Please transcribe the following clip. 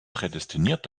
prädestiniert